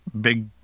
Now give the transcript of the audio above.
big